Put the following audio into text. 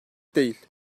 değil